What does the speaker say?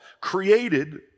created